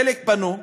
חלק פנו,